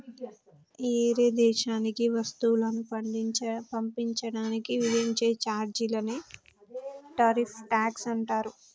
ఏరే దేశానికి వస్తువులను పంపించడానికి విధించే చార్జీలనే టారిఫ్ ట్యాక్స్ అంటారు